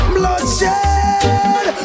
bloodshed